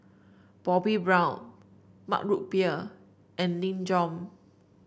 Bobbi Brown Mug Root Beer and Nin Jiom